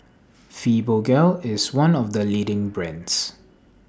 Fibogel IS one of The leading brands